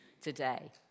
today